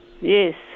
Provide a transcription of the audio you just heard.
Yes